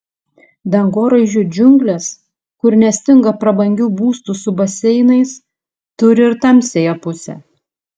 dangoraižių džiunglės kur nestinga prabangių būstų su baseinais turi ir tamsiąją pusę